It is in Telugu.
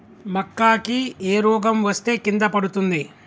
మక్కా కి ఏ రోగం వస్తే కింద పడుతుంది?